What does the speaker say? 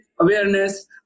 awareness